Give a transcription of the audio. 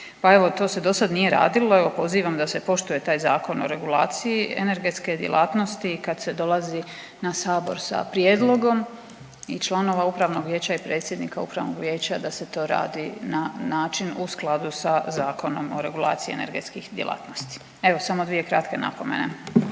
Pa evo to se do sad nije radilo, evo pozivam da se poštuje taj Zakon o regulaciji energetske djelatnosti i kad se dolazi na Sabor sa prijedlogom i članova Upravnog vijeća i predsjednika Upravnog vijeća da se to radi na način u skladu sa Zakonom o regulaciji energetskih djelatnosti. Evo samo dvije kratke napomene.